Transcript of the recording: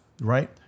right